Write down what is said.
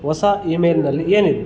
ಹೊಸ ಇ ಮೇಲ್ನಲ್ಲಿ ಏನಿದೆ